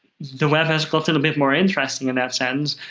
the web has gotten a bit more interesting in that sense,